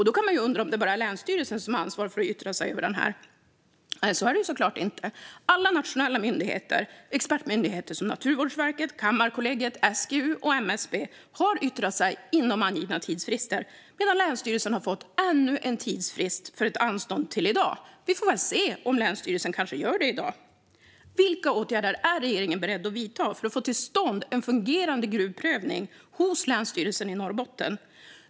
Då kan man undra om det bara är länsstyrelsen som har ansvar för att yttra sig över detta. Så är det såklart inte. Alla nationella expertmyndigheter som Naturvårdsverket, Kammarkollegiet, SGU och MSB har yttrat sig inom angivna tidsfrister, medan länsstyrelsen har fått ännu en tidsfrist för anstånd till i dag. Vi får väl se om länsstyrelsen kanske gör det i dag. Vilka åtgärder är regeringen beredd att vidta för att få till stånd en fungerande gruvprövning hos Länsstyrelsen i Norrbotten?